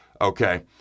Okay